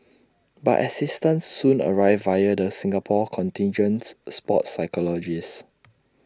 but assistance soon arrived via the Singapore contingent's sports psychologist